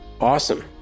Awesome